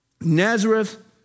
Nazareth